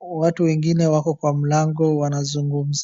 Watu wengine wako kwa mlango wanazungumza.